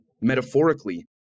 metaphorically